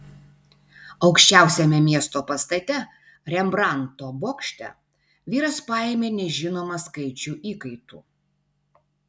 aukščiausiame miesto pastate rembrandto bokšte vyras paėmė nežinomą skaičių įkaitų